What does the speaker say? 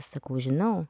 sakau žinau